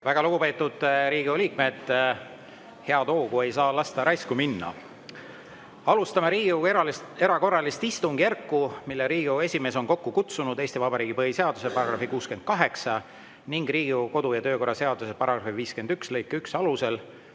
Väga lugupeetud Riigikogu liikmed! Head hoogu ei saa lasta raisku minna. Alustame Riigikogu erakorralist istungjärku, mille Riigikogu esimees on kokku kutsunud Eesti Vabariigi põhiseaduse § 68 ning Riigikogu kodu- ja töökorra seaduse § 51 lõike 1 alusel